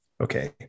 Okay